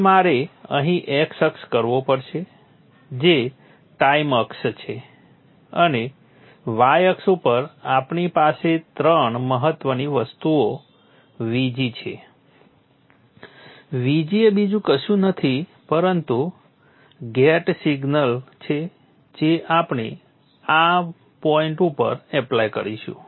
હવે મારે અહીં x અક્ષ કરવો પડશે જે ટાઈમ અક્ષ છે અને y અક્ષ ઉપર આપણી પાસે ત્રણ મહત્વની વસ્તુઓ Vg છે Vg એ બીજું કશું જ નથી પરંતુ ગેટ સિગ્નલ છે જે આપણે આ પોઈન્ટ ઉપર એપ્લાય કરીશું